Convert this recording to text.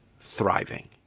thriving